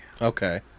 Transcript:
Okay